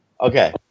Okay